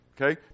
Okay